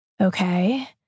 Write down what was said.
Okay